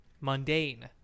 mundane